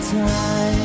time